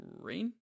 rain